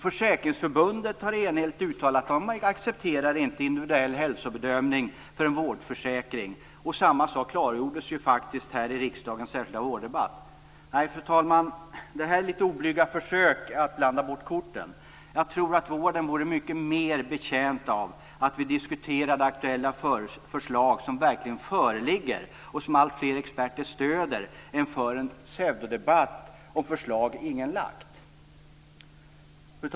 Försäkringsförbundet har enhälligt uttalat att man inte accepterar individuell hälsobedömning för en vårdförsäkring. Samma sak klargjordes faktiskt i riksdagens särskilda vårddebatt. Nej, fru talman, detta är ett litet oblygt försök att blanda bort korten! Jag tror att vården skulle vara mycket mera betjänt av att vi diskuterade aktuella förslag som verkligen föreligger och som alltfler experter stöder, än att vi för en pseudodebatt om förslag som ingen har lagt fram.